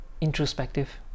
introspective